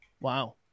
Wow